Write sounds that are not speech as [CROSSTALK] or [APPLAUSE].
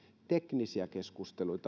teknisiä keskusteluita [UNINTELLIGIBLE]